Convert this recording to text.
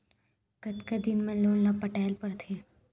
कतका दिन मा लोन ला पटाय ला पढ़ते?